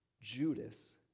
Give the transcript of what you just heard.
Judas